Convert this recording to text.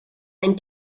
ein